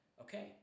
okay